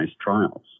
trials